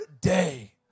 day